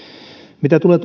mitä tulee